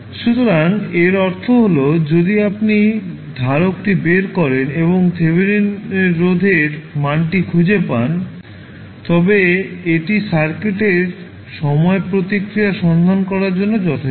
সুতরাং এর অর্থ হল যদি আপনি ধারক টি বের করেন এবং থেভেনিন রোধের মানটি খুঁজে পান তবে এটি সার্কিটের সময়ের প্রতিক্রিয়া সন্ধান করার জন্য যথেষ্ট